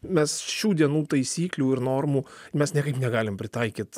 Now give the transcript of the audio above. mes šių dienų taisyklių ir normų mes niekaip negalim pritaikyt